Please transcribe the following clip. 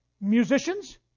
Musicians